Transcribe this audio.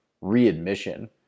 readmission